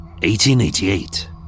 1888